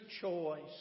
choice